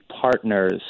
partners